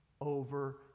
over